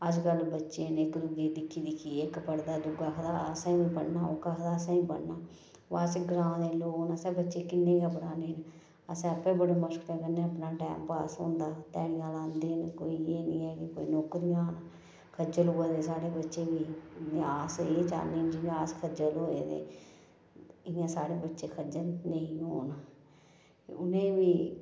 अज्जकल बच्चें गी दुए गी दिक्खी दिक्खियै इक पढ़दा दूआ आखदा असें बी पढ़ना ओह्का आखदा असें बी पढ़ना बस ग्रांऽ दे लोक न असें बच्चे किन्ने गै पढ़ाने न असें आपै बड़ी मुश्कलें कन्नै अपना टैम पास होंदा ध्याड़ियां लांदे न कोई एह् नी ऐ कि कोई नौकरियां खज्जल होऐ दे साढ़े बच्चे बी अस एह् चाहन्ने कि जियां अस खज्जल होए दे इयां साढ़ै बच्चे खज्जल नेईं होन उ'नेंगी बी